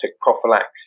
prophylaxis